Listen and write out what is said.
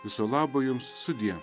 viso labo jums sudie